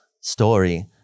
story